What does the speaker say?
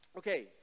Okay